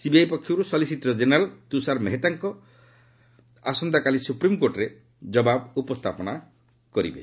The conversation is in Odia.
ସିବିଆଇ ପକ୍ଷରୁ ସଲିସିଟର ଜେନେରାଲ୍ ତୁଷାର ମେହେଟ୍ଟା ଆସନ୍ତାକାଲି ସୁପ୍ରିମ୍କୋର୍ଟରେ ଜବାବ ଉପସ୍ଥାପନା କରିବେ